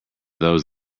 those